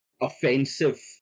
offensive